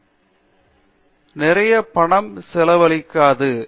பேராசிரியர் தீபா வெங்கடேசன் இல்லை நிறைய பணம் செலவழிக்காது